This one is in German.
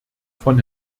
von